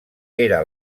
era